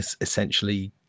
essentially